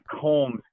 Combs